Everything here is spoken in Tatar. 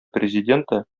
президенты